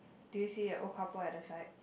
do you see a old couple at the side